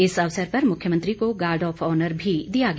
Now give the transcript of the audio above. इस अवसर पर मुख्यमंत्री को गार्ड ऑफ ऑनर भी दिया गया